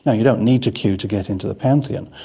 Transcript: and you don't need to queue to get into the pantheon,